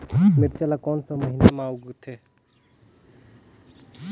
मिरचा ला कोन सा महीन मां उगथे?